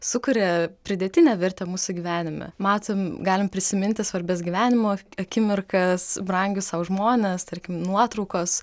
sukuria pridėtinę vertę mūsų gyvenime matom galim prisiminti svarbias gyvenimo akimirkas brangius sau žmones tarkim nuotraukos